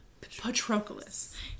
Patroclus